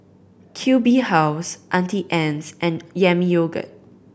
Q B House Auntie Anne's and Yami Yogurt